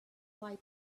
quite